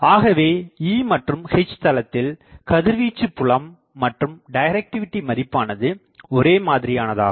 ஆகவே E மற்றும் H தளத்தில்கதிர்வீச்சுப்புலம் மற்றும் டைரக்டிவிடி மதிப்பானது ஒரே மாதிரியானதாகும்